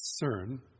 concern